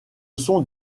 sont